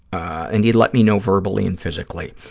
and he let me know verbally and physically.